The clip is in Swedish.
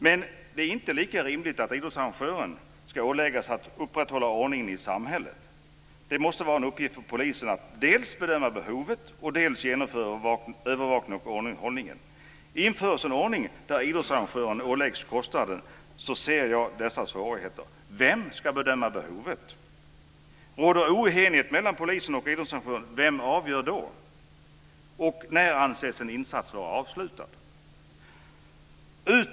Men det är inte lika rimligt att en idrottsarrangör ska åläggas att upprätthålla ordningen i samhället. Det måste vara en uppgift för polisen dels att bedöma behovet, dels att genomföra övervakningen och ordningshållningen. Införs en ordning där idrottsarrangören åläggs kostnaden för detta ser jag svårigheter uppstå: Vem ska bedöma behovet? Vem avgör om det råder oenighet mellan polisen och idrottsarrangören? När anses en insats vara avslutad?